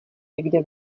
někde